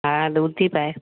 हा डू थी पए